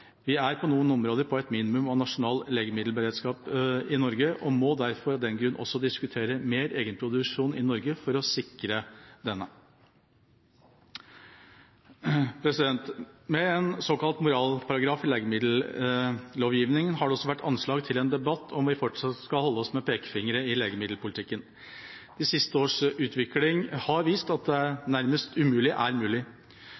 Vi er på noen områder på et minimum av nasjonal legemiddelberedskap i Norge og må derfor av den grunn diskutere mer egenproduksjon i Norge for å sikre denne. Med en såkalt moralparagraf i legemiddellovgivningen har det også vært anslag til en debatt om hvorvidt vi fortsatt skal holde oss med en hevet pekefinger i legemiddelpolitikken. De siste års utvikling har vist at